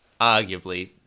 arguably